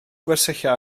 gwersylla